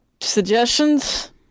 suggestions